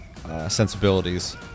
sensibilities